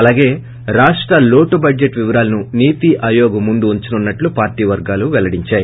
అలాగే రాష్ట లోటుబడ్జెట్ వివరాలను నీతిఆయోగ్ ముందు ఉంచనున్నట్లు పార్టీ వర్గాలు పెల్లడించార్యు